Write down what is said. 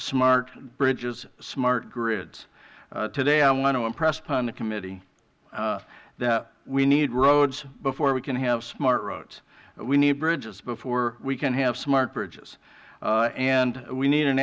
smart bridges smart grids today i want to impress upon the committee that we need roads before we can have smart roads we need bridges before we can have smart bridges and we need an